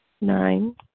Nine